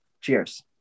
Cheers